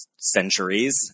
centuries